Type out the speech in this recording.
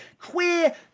queer